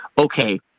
okay